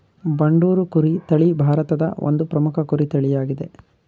ಬಂಡೂರು ಕುರಿ ತಳಿ ಭಾರತದ ಒಂದು ಪ್ರಮುಖ ಕುರಿ ತಳಿಯಾಗಿದೆ